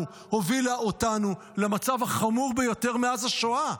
הובילה אותנו למצב החמור ביותר מאז השואה?